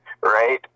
right